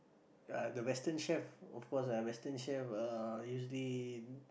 uh the western chef of course uh western chef are usually